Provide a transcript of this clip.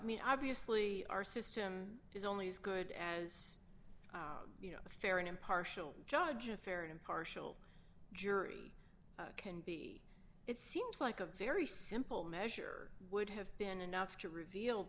mean obviously our system is only as good as you know a fair and impartial judge a fair and impartial jury can be it seems like a very simple measure would have been enough to reveal